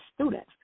students